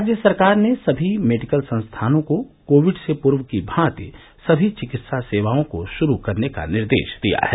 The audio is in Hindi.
राज्य सरकार ने सभी मेडिकल संस्थानों को कोविड से पूर्व की भांति सभी चिकित्सा सेवाओं को शुरू करने का निर्देश दिया है